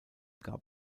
gab